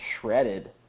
shredded